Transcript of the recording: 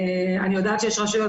אני יודעת שיש רשויות,